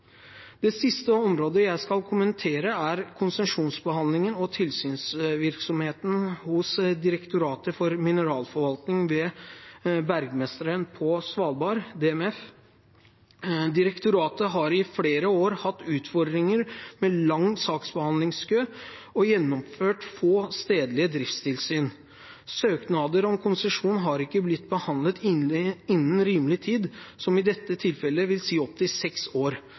Det siste området jeg skal kommentere, er konsesjonsbehandlingen og tilsynsvirksomheten hos Direktoratet for mineralforvaltning med Bergmesteren for Svalbard, DMF. Direktoratet har i flere år hatt utfordringer med lang saksbehandlingskø og har gjennomført få stedlige driftstilsyn. Søknader om konsesjon har ikke blir behandlet innen rimelig tid – i dette tilfellet vil det si opptil seks år.